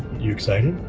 you excited?